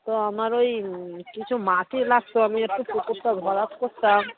তো আমার ওই কিছু মাটি লাগতো আমি একটু পুকুরটা ভরাট করতাম